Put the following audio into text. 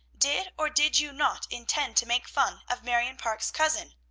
did, or did you not, intend to make fun of marion parke's cousin?